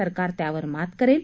सरकार त्यावर मात करेल